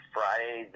Friday